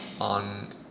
on